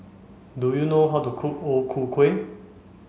do you know how to cook O Ku Kueh